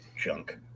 junk